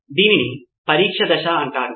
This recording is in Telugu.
దీనిని పరీక్ష దశ అంటారు